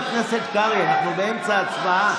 חבר הכנסת קרעי, אנחנו באמצע הצבעה.